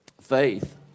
faith